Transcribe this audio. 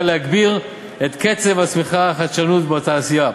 להגביר את קצב הצמיחה והחדשנות בתעשייה,